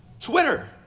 Twitter